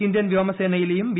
Indian വ്യോമസേനയിലെയും B